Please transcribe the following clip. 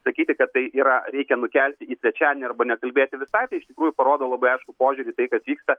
sakyti kad tai yra reikia nukelti į trečiadienį arba nekalbėti visai tai iš tikrųjų parodo labai aiškų požiūrį į tai kas vyksta